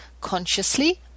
consciously